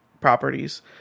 properties